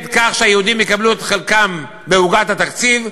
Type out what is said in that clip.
כך שהיהודים יקבלו את חלקם בעוגת התקציב,